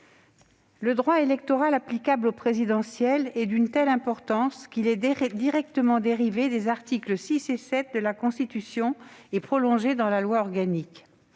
Le droit électoral applicable à cette élection est d'une telle importance qu'il est directement dérivé des articles 6 et 7 de la Constitution et prolongé dans une loi organique.